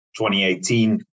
2018